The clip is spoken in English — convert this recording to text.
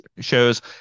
shows